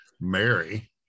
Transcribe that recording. Mary